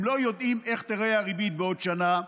הם לא יודעים איך תיראה הריבית בעוד שנה,